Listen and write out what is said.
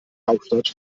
hauptstadt